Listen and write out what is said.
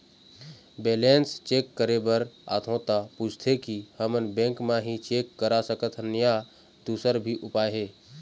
Balance check करे बर आथे ता पूछथें की हमन बैंक मा ही चेक करा सकथन या दुसर भी उपाय हे?